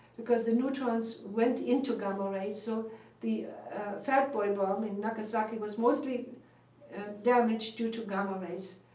because the neutrons went into gamma rays, so the fat boy bomb in nagasaki was mostly damage due to gamma rays.